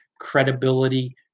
credibility